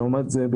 לעומת זאת,